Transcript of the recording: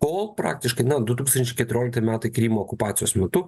kol praktiškai na du tūkstančiai keturiolikti metai krymo okupacijos metu